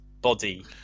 body